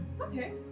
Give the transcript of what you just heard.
okay